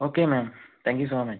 okay ma'am thank you so much